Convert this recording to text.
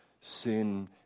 sin